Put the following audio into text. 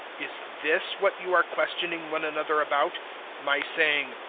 is this what you are questioning one another about my saying,